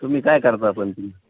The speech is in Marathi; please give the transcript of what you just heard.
तुम्ही काय करता पण तर